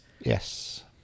Yes